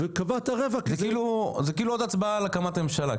וקבעת רבע כי -- זה כאילו עוד הצבעה על הקמת ממשלה,